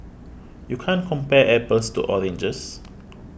you can't compare apples to oranges